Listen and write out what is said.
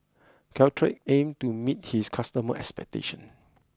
Caltrate Aims to meet its customer expectation